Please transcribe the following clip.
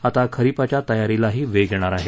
आता खरीपाच्या तयारीलाही वेग येणार आहे